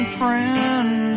friend